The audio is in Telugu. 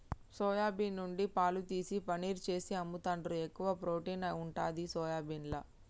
సొయా బీన్ నుండి పాలు తీసి పనీర్ చేసి అమ్ముతాండ్రు, ఎక్కువ ప్రోటీన్ ఉంటది సోయాబీన్ల